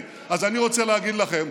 אז אני רוצה להגיד לכם.